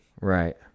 right